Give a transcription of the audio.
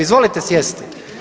Izvolite sjesti.